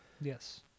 Yes